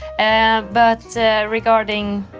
and but regarding